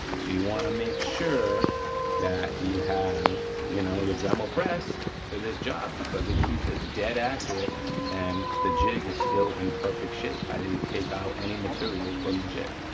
so you wanna make sure that you have you know your dremel press for this job because it keeps it dead accurate and the jig is still in perfect shape. i didn't take out any material from the jig,